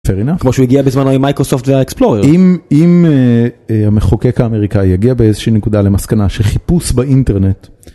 כמו שהוא הגיע בזמנו עם מייקרוסופט והאקספלורר. אם המחוקק האמריקאי יגיע באיזשהי נקודה למסקנה שחיפוש באינטרנט